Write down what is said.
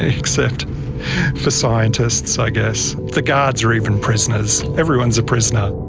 except for scientists i guess, the guards are even prisoners, everyone is a prisoner.